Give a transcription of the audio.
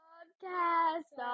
Podcast